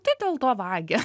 tai dėl to vagia